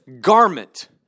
garment